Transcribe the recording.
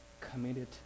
committed